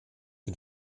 den